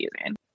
using